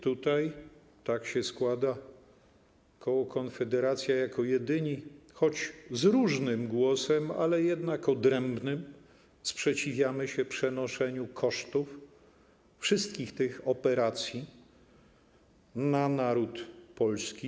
Tak się składa, że koło Konfederacja jako jedyne, choć z różnym głosem, ale jednak odrębnym, sprzeciwia się przenoszeniu kosztów wszystkich tych operacji na naród polski.